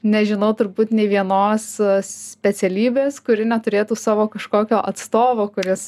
nežinau turbūt nei vienos specialybės kuri neturėtų savo kažkokio atstovo kuris